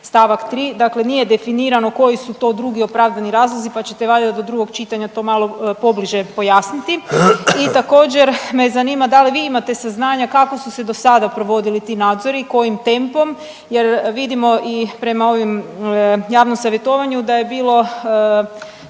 stavak 3. dakle nije definirano koji su to drugi opravdani razlozi, pa ćete valjda do drugog čitanja to malo pobliže pojasniti. I također me zanima da li vi imate saznanja kako su se do sada provodili ti nadzori i kojim tempom, jer vidimo i prema ovom javnom savjetovanju da je bilo